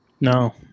No